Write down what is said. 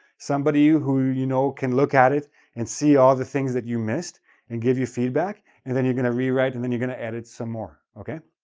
somebody who you know can look at it and see all the things that you missed and give you feedback and then you're going to re-write and then you're going to edit some more, okay?